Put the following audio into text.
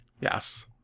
Yes